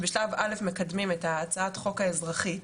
שבשלב א' מקדמים את הצעת החוק האזרחי,